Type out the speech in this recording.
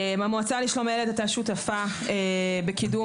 המועצה לשלום הילד הייתה שותפה בקידום